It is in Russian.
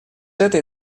этой